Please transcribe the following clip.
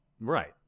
Right